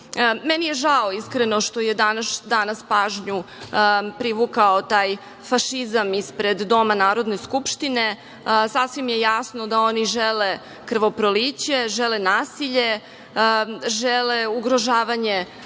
je žao, iskreno što je danas pažnju privukao taj fašizam ispred Doma Narodne Skupštine. Sasvim je jasno da oni žele krvoproliće, žele nasilje, žele ugrožavanje